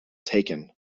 taken